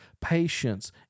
patience